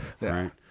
right